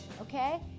okay